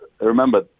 remember